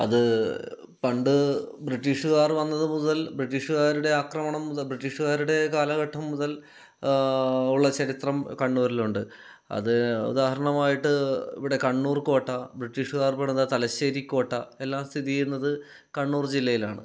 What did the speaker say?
അത് പണ്ട് ബ്രിട്ടീഷുകാർ വന്നതു മുതൽ ബ്രിട്ടീഷുകാരുടെ ആക്രമണം മുതൽ ബ്രിട്ടീഷുകാരുടെ കാലഘട്ടം മുതൽ ഉള്ള ചരിത്രം കണ്ണൂരിൽ ഉണ്ട് അത് ഉദാഹരണമായിട്ട് ഇവിടെ കണ്ണൂർ കോട്ട ബ്രിട്ടീഷുകാർ പണിത തലശ്ശേരി കോട്ട എല്ലാം സ്ഥിതി ചെയ്യുന്നത് കണ്ണൂർ ജില്ലയിലാണ്